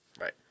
Right